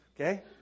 okay